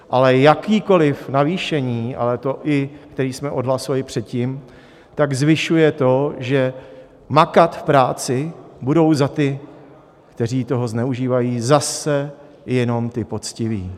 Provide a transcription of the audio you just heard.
Ale jakékoliv navýšení, ale to i, které jsme odhlasovali předtím, zvyšuje to, že makat v práci budou za ty, kteří toho zneužívají, zase jenom ti poctiví.